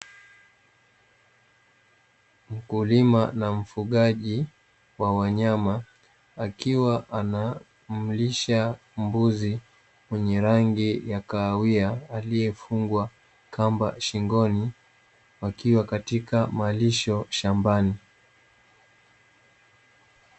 Mkulima na mfugaji wa wanyama akiwa anamlisha mbuzi mwenye rangi ya kahawia, aliyefungwa kamba shingoni akiwa katika malisho shambani.